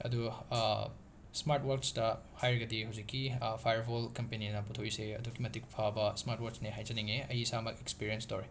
ꯑꯗꯨ ꯁ꯭ꯃꯥꯔꯠ ꯋꯥꯠꯆꯇ ꯍꯥꯏꯔꯒꯗꯤ ꯍꯨꯖꯤꯛꯀꯤ ꯐꯥꯏꯔꯕꯣꯜꯠ ꯀꯝꯄꯦꯅꯤꯅ ꯄꯨꯊꯣꯛꯏꯁꯦ ꯑꯗꯨꯛꯀꯤ ꯃꯇꯤꯛ ꯐꯕ ꯁ꯭ꯃꯥꯔꯠ ꯋꯥꯆꯅꯦ ꯍꯥꯏꯖꯅꯤꯉꯦ ꯑꯩ ꯏꯁꯥꯃꯛ ꯑꯦꯛꯁꯄꯦꯔꯤꯌꯦꯟꯁ ꯇꯧꯔꯦ